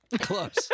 Close